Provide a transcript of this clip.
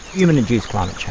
human induced climate change.